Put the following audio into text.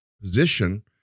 position